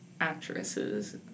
Actresses